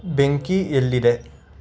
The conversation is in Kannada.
ಬೆಂಕಿ ಎಲ್ಲಿದೆ